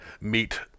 meet